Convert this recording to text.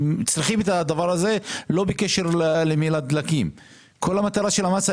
זאת לא הייתה המטרה.